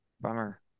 Bummer